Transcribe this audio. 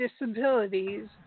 disabilities